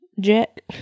jack